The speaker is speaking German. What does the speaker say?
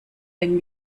wenn